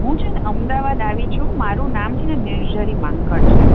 હું છે ને અમદાવાદ આવી છું મારું નામ છે ને નિર્જરી માંકડ છે